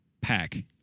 pack